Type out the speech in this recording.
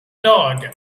dog